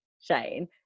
Shane